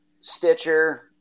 Stitcher